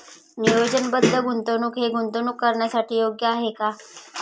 नियोजनबद्ध गुंतवणूक हे गुंतवणूक करण्यासाठी योग्य आहे का?